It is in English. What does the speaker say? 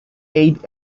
aid